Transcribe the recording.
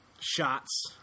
shots